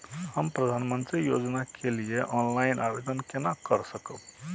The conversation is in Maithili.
हम प्रधानमंत्री योजना के लिए ऑनलाइन आवेदन केना कर सकब?